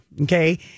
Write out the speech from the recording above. okay